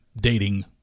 dating